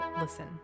LISTEN